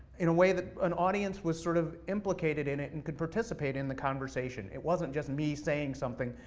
in a way that an audience was sort of implicated in it, and could participate in the conversation. it wasn't just me saying something,